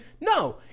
No